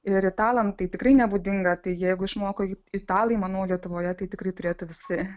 ir italam tai tikrai nebūdinga tai jeigu išmoko italai manau lietuvoje tai tikrai turėtų visi